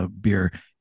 beer